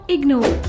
Ignore